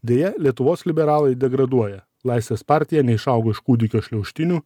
deja lietuvos liberalai degraduoja laisvės partija neišaugo iš kūdikio šliaužtinių